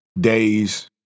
days